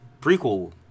prequel